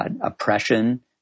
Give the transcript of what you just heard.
oppression